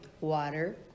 water